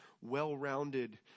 well-rounded